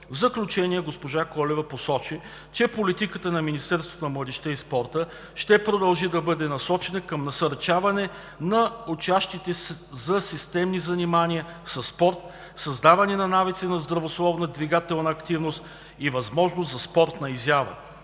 В заключение госпожа Колева посочи, че политиката на Министерството на младежта и спорта ще продължи да бъде насочена към насърчаване на учащите за системни занимания със спорт, създаване на навици за здравословна двигателна активност и възможности за спортна изява.